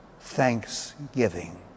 thanksgiving